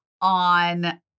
on